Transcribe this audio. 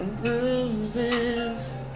bruises